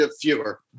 fewer